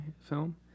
film